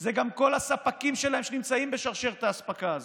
אלה גם כל הספקים שלהם שנמצאים בשרשרת האספקה הזאת.